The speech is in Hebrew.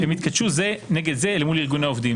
הם יתכתשו זה נגד זה אל מול ארגון העובדים,